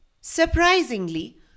Surprisingly